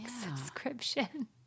subscription